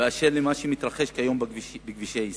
מה שמתרחש היום בכבישי ישראל.